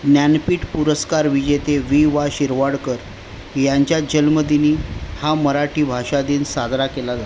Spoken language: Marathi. ज्ञानपीठ पुरस्कार विजेते वि वा शिरवाडकर यांच्या जल्मदिनी हा मराठी भाषादिन साजरा केला जातो